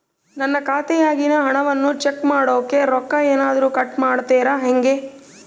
ನನ್ನ ಖಾತೆಯಾಗಿನ ಹಣವನ್ನು ಚೆಕ್ ಮಾಡೋಕೆ ರೊಕ್ಕ ಏನಾದರೂ ಕಟ್ ಮಾಡುತ್ತೇರಾ ಹೆಂಗೆ?